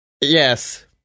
Yes